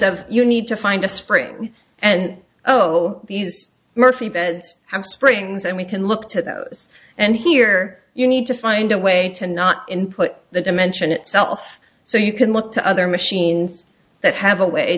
of you need to find a spring and oh these murphy beds have springs and we can look to those and here you need to find a way to not input the dimension itself so you can look to other machines that have a way